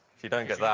if you don't get that,